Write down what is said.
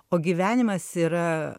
o gyvenimas yra